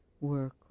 work